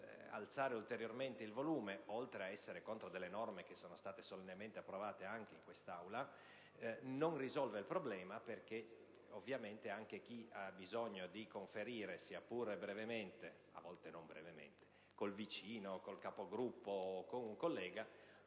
alzare ulteriormente il volume, oltre ad essere contraria a norme solennemente approvate anche in quest'Aula, non risolve il problema, perché anche chi ha bisogno di conferire, sia pure brevemente (e a volte anche non brevemente) con il vicino, il Capogruppo o un collega